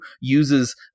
uses